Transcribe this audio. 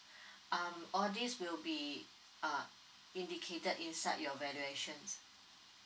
um all this will be uh indicated inside your evaluations